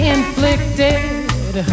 Inflicted